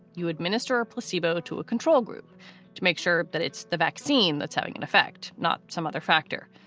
you administer a placebo to a control group to make sure that it's the vaccine that's having an effect, not some other factor,